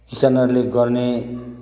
किसानहरूले गर्ने